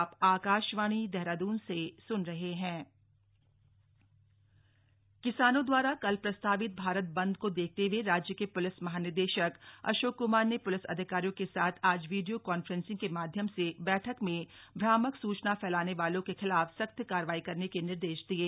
police महानिदेशक बैठक किसानों द्वारा कल प्रस्तावित भारत बन्द को देखते हुए राज्य के पुलिस महानिदेशक अशोक क्मार ने पुलिस अधिकारियों के साथ आज वीडियो कॉन्फ्रेसिंग के माध्यम से बैठक में भ्रामक सूचना फैलाने वालों के खिलाफ सख्त कार्रवाई करने के निर्देश दिये